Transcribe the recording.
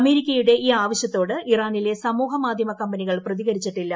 അമേരിക്കയുടെ ഈ ആവശ്യത്തോട് ഈഗ്രനിലെ സമൂഹ മാധ്യമ കമ്പനികൾ പ്രതികരിച്ചിട്ടില്ല